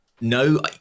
no